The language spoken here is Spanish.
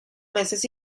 meses